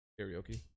karaoke